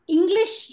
English